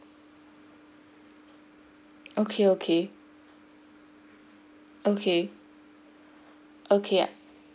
okay okay okay okay